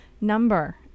number